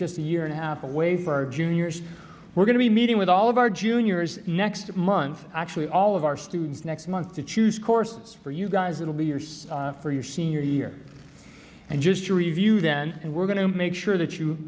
just a year and a half away for our juniors we're going to be meeting with all of our juniors next month actually all of our students next month to choose courses for you guys it'll be yours for your senior year and just to review then and we're going to make sure that you